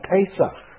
Pesach